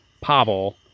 Pavel